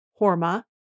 Horma